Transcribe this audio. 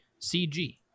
CG